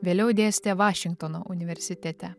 vėliau dėstė vašingtono universitete